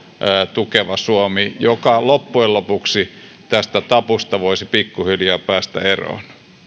tukeva suomi joka loppujen lopuksi tästä tabusta voisi pikkuhiljaa päästä eroon